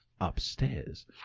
upstairs